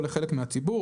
או לחלק מהציבור,